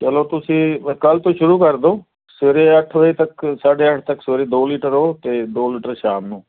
ਚਲੋ ਤੁਸੀਂ ਵ ਕੱਲ੍ਹ ਤੋਂ ਸ਼ੁਰੂ ਕਰ ਦਿਓ ਸਵੇਰੇ ਅੱਠ ਵਜੇ ਤੱਕ ਸਾਢੇ ਅੱਠ ਤੱਕ ਸਵੇਰੇ ਦੋ ਲੀਟਰ ਉਹ ਅਤੇ ਦੋ ਲੀਟਰ ਸ਼ਾਮ ਨੂੰ